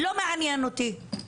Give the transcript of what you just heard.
לא מעניין אותי.